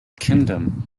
kingdom